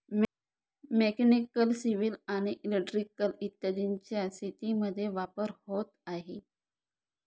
mechanical, civil आणि electrical इत्यादींचा शेतीमध्ये वापर होत आहे